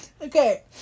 Okay